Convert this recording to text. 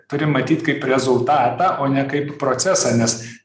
turim matyt kaip rezultatą o ne kaip procesą nes